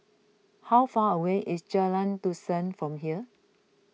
how far away is Jalan Dusun from here